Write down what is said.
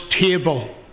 table